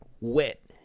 wet